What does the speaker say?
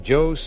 Joe